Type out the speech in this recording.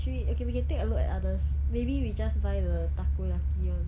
shoo it okay we can take a look at others maybe we just buy the one